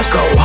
go